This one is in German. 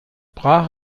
brach